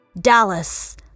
Dallas